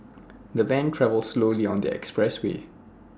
the van travelled slowly on the expressway